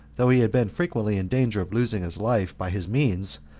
though he had been frequently in danger of losing his life by his means,